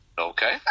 Okay